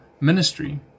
ministry